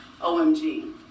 OMG